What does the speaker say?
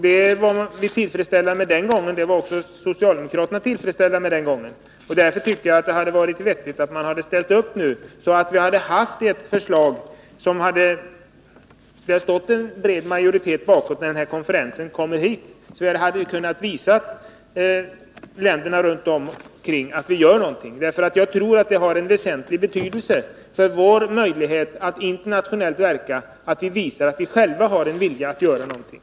Det var vi — och också socialdemokraterna — tillfredsställda med den gången. Därför hade det varit vettigt att socialdemokraterna ställt upp nu, så att vi hade haft ett förslag med en bred majoritet bakom att redovisa till den planerade konferensen. Då hade vi kunnat visa länderna runt omkring Sverige att vi gör något. Jag tror nämligen att det har en väsentlig betydelse för våra möjligheter att verka internationellt att vi har en vilja att göra någonting.